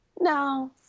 No